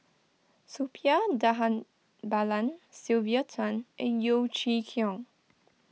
Suppiah Dhanabalan Sylvia Tan and Yeo Chee Kiong